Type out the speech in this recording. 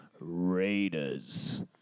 Raiders